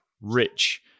rich